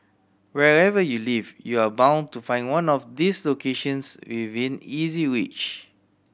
wherever you live you are bound to find one of these locations within easy reach